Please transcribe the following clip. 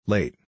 Late